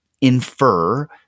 infer